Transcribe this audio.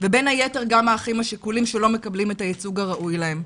ובין היתר גם האחים השכולים שלא מקבלים את הייצוג הראוי להם.